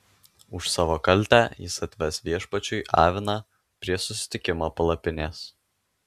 už savo kaltę jis atves viešpačiui aviną prie susitikimo palapinės